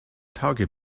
tage